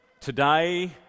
today